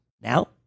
Now